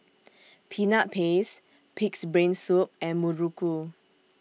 Peanut Paste Pig'S Brain Soup and Muruku